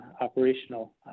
operational